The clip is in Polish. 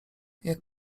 jak